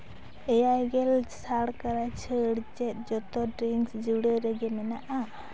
ᱮᱭᱟᱭ ᱜᱮᱞ ᱪᱷᱟᱲ ᱠᱚᱨᱟ ᱪᱷᱟᱹᱲ ᱪᱮᱫ ᱡᱚᱛᱚ ᱰᱨᱤᱝᱠᱤᱥ ᱡᱩᱲᱟᱹᱣ ᱨᱮᱜᱮ ᱢᱮᱱᱟᱜᱼᱟ